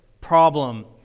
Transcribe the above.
problem